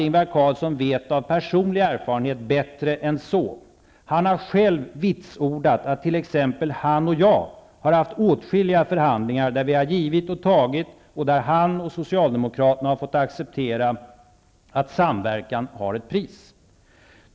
Ingvar Carlsson vet av personlig erfarenhet bättre än så. Han har själv vitsordat att t.ex. han och jag har haft åtskilliga förhandlingar där vi har givit och tagit och där han, och Socialdemokraterna, har fått acceptera att samverkan har ett pris.